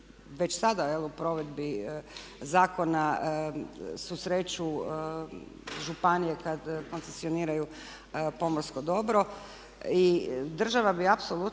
već sada evo u provedbi zakona susreću županije kad koncesioniraju pomorsko dobro. Država bi apsolutno